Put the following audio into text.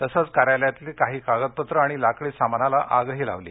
तसच कार्यालयातील काही कागदपत्रे आणि लाकडी सामानाला आगही लावली